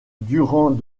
durant